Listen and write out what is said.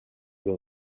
will